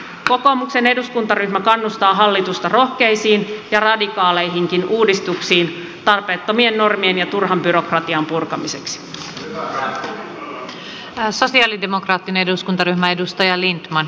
kokoomuksen eduskuntaryhmä kannustaa hallitusta rohkeisiin ja radikaaleihinkin uudistuksiin tarpeettomien normien ja turhan byrokratian purkamiseksi